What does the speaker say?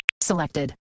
Selected